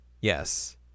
Yes